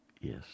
Yes